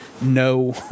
no